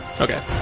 Okay